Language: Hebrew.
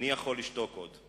איני יכול לשתוק עוד.